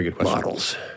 models